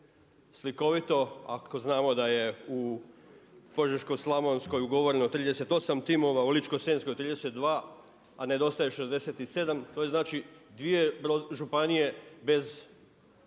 Slikovito ako znamo da je u Požeško-slavonskoj ugovoreno 38 timova, u Ličko-senjskoj 32, a nedostaje 67, to je znači 2 županije bez